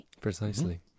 precisely